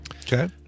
okay